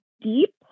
deep